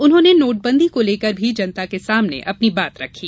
उन्होंने नोटबंदी को लेकर भी जनता के समाने अपनी बात रखी